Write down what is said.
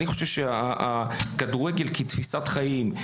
אני חושב שהכדורגל כתפיסת חיים,